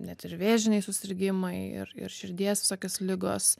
net ir vėžiniai susirgimai ir ir širdies visokios ligos